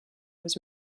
was